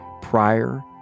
prior